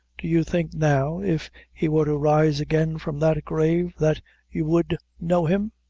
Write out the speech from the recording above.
do you think now if he were to rise again from that grave, that you would know him?